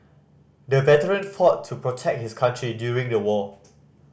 the veteran fought to protect his country during the war